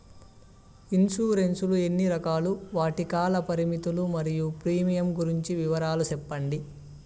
Insurance లు ఎన్ని రకాలు? వాటి కాల పరిమితులు మరియు ప్రీమియం గురించి వివరాలు సెప్పండి?